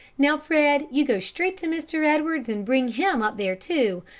now, fred, you go straight to mr. edwards and bring him up there, too.